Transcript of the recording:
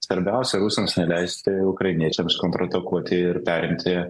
svarbiausia rusams neleisti ukrainiečiams kontratakuoti ir perimti